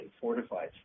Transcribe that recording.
fortified